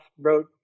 wrote